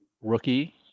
Rookie